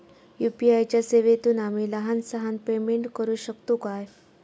UPI च्या सेवेतून आम्ही लहान सहान पेमेंट करू शकतू काय?